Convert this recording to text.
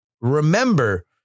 Remember